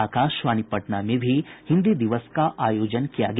आकाशवाणी पटना में भी हिन्दी दिवस का आयोजन किया गया